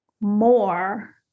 more